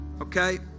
okay